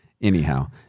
Anyhow